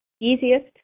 easiest